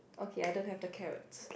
okay I don't have the carrots